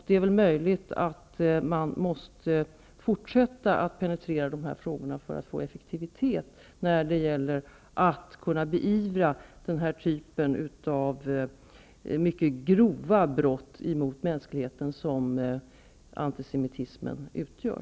Det är möj ligt att man måste fortsätta att penetrera dessa frågor för att få effektivitet när det gäller att beivra den typ av mycket grova brott mot mänskligheten som antisemitism utgör.